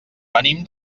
venim